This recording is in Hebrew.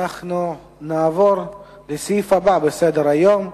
אנחנו נעבור לסעיף הבא בסדר-היום: